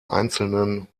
einzelnen